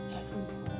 evermore